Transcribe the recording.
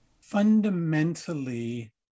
Fundamentally